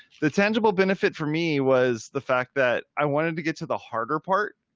the tangible benefit for me was the fact that i wanted to get to the harder part.